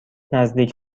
نزدیک